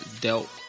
dealt